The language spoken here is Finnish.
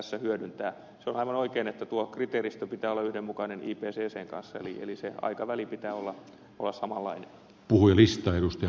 se on aivan oikein että tuon kriteeristön pitää olla yhdenmukainen ipccn kanssa eli sen aikavälin pitää olla samanlainen